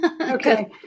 Okay